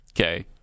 Okay